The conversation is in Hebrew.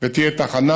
ותהיה תחנה.